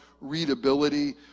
readability